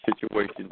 situation